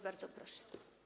Bardzo proszę.